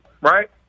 right